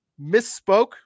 misspoke